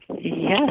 Yes